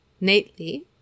Nately